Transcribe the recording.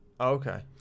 Okay